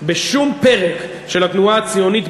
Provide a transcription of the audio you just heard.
בשום פרק של התנועה הציונית,